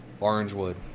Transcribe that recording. Orangewood